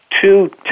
two